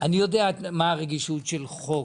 אני יודע מה הרגישות של חוק